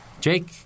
Jake